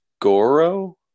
Goro